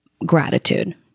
gratitude